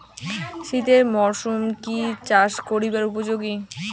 শীতের মরসুম কি চাষ করিবার উপযোগী?